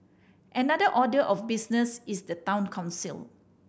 another order of business is the Town Council